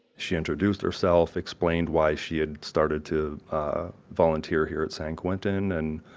she introduced herself, explained why she had started to volunteer here at san quentin, and